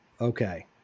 Okay